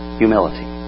humility